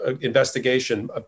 investigation